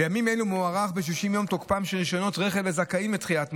בימים אלו מוארך ב-60 יום תוקפם של רישיונות רכב לזכאים לדחיית מועד.